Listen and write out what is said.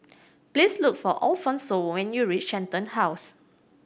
please look for Alfonse when you reach Shenton House